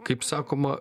kaip sakoma